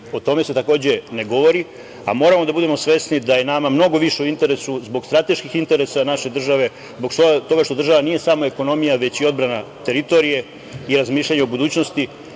o tome se takođe ne govori, a moramo da budemo svesni da je nama mnogo više u interesu zbog strateških interesa naše države, zbog toga što država nije samo ekonomija, već i odbrana teritorije i razmišljanje o budućnosti,